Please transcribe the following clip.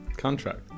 contract